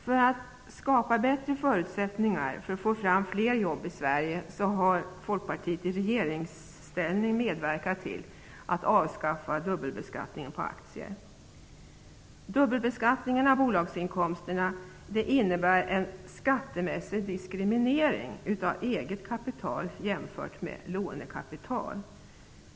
För att skapa bättre förutsättningar för att få fram fler jobb i Sverige har Folkpartiet i regeringsställning medverkat till att avskaffa dubbelbeskattningen på aktier. Dubbelbeskattningen av bolagsinkomsterna innebär en skattemässig diskriminering av eget kapital än med lånekapital.